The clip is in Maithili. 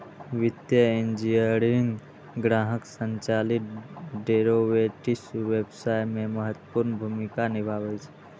वित्तीय इंजीनियरिंग ग्राहक संचालित डेरेवेटिव्स व्यवसाय मे महत्वपूर्ण भूमिका निभाबै छै